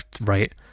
right